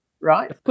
right